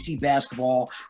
basketball